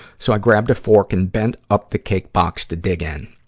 so a grabbed a fork and bent up the cake box to dig in.